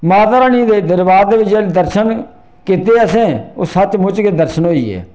माता रानी दे दरबार दे दर्शन कीते असें ओह् सचमुच गै दर्शन होई गे